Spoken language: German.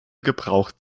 gebraucht